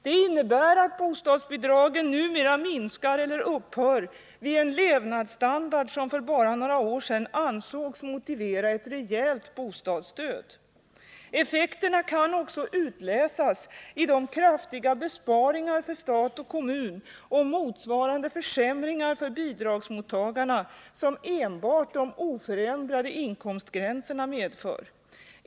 Det innebär att bostadsbidragen numera minskar eller upphör vid en levnadsstandard som för bara några år sedan ansågs motivera ett rejält bostadsstöd. Effekterna kan också utläsas ur de kraftiga besparingar för stat och kommun och motsvarande försämringar för bidragsmottagarna som enbart de oförändrade inkomstgränserna medför.